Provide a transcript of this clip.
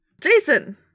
Jason